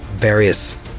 various